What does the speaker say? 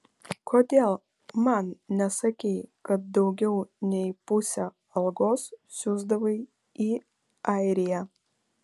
kodėl man nesakei kad daugiau nei pusę algos siųsdavai į airiją